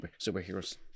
Superheroes